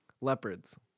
Leopards